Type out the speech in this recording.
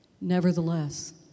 Nevertheless